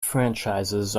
franchises